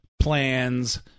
plans